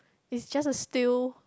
it's just a still